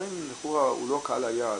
גם אם לכאורה הוא לא קהל היעד,